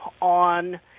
on